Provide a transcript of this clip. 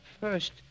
first